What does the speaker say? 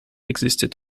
existed